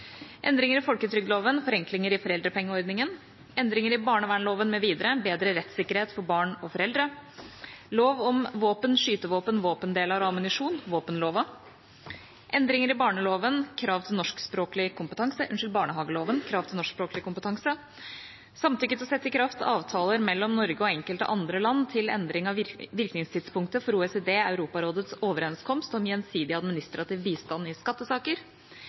endringer i folketrygdloven (Prop. 168 L om endringer i barnevernloven mv. (Prop. 169 L om lov om våpen, skytevåpen, våpendelar og ammunisjon (Prop. 165 L om endringer i barnehageloven (Prop. 170 L om samtykke til å sette i kraft avtaler mellom Norge og enkelte andre land til endring av virkningstidspunktet for OECD/Europarådets overenskomst om gjensidig administrativ bistand i skattesaker